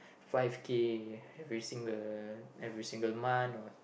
five K every single every single month or